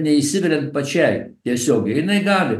neįsiveliant pačiai tiesiogiai ir jinai gali